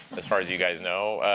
as far as you guys know.